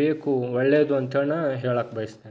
ಬೇಕು ಒಳ್ಳೆಯದು ಅಂತ ಹೇಳಿ ನಾನು ಹೇಳಕ್ಕೆ ಬಯಸ್ತೇನೆ ರೀ